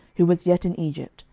who was yet in egypt,